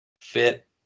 fit